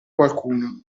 qualcuno